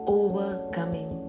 overcoming